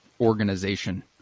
organization